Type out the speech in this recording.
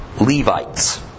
Levites